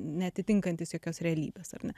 neatitinkantys jokios realybės ar ne